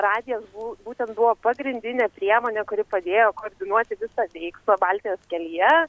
radijas bū būtent buvo pagrindinė priemonė kuri padėjo koordinuoti visą veiksmą baltijos kelyje